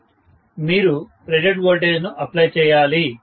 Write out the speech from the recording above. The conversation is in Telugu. ప్రొఫెసర్ మీరు రేటెడ్ వోల్టేజ్ను అప్లై చేయాలి